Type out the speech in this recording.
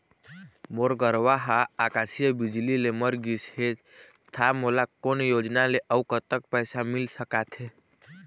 मोर गरवा हा आकसीय बिजली ले मर गिस हे था मोला कोन योजना ले अऊ कतक पैसा मिल सका थे?